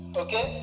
okay